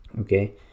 Okay